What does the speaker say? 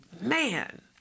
man